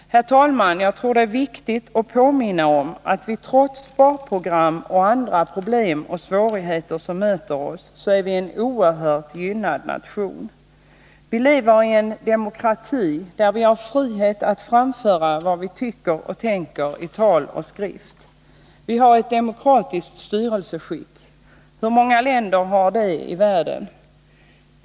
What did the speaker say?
Herr talman! Jag tror att det är viktigt att påminna om att trots sparprogram och andra problem och svårigheter som möter oss är vi en oerhört gynnad nation. Vi lever i en demokrati där vi i tal och skrift har frihet att framföra vad vi tycker och tänker. Vi har ett demokratiskt styrelseskick. Hur många länder i världen har det?